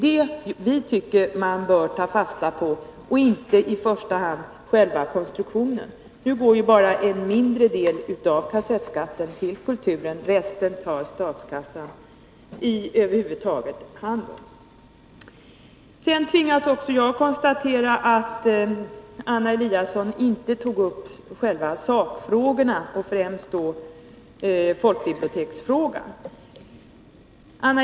Det tycker jag att man bör ta fasta på och inte i första hand själva konstruktionen. Nu går bara en mindre del av kassettskatten till kulturen. Resten tar statskassan hand Även jag tvingas konstatera att Anna Eliasson inte tog upp själva sakfrågorna, främst då folkbiblioteksfrågan.